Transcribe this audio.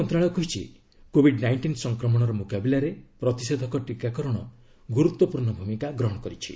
ମନ୍ତ୍ରଣାଳୟ କହିଛି covid nineteen ସଂକ୍ରମଣର ମୁକାବିଲାରେ ପ୍ରତିଷେଧକ ଟିକାକରଣ ଗୁରୁତ୍ୱପୂର୍ଣ୍ଣ ଭୂମିକା ଗ୍ରହଣ କରିଛି